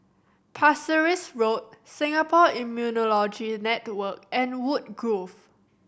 Pasir Ris Road Singapore Immunology Network and Woodgrove